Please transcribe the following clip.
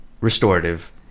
restorative